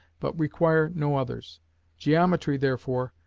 but require no others geometry, therefore,